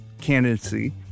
candidacy